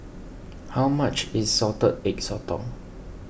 how much is Salted Egg Sotong